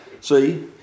see